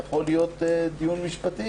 יכול להיות דיון משפטי,